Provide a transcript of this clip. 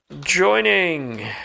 joining